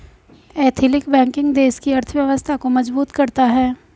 ethical banking देश की अर्थव्यवस्था को मजबूत करता है